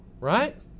right